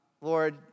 Lord